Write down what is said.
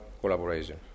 collaboration